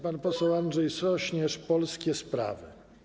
Pan poseł Andrzej Sośnierz, Polskie Sprawy.